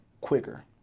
quicker